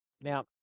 Now